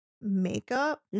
makeup